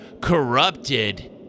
Corrupted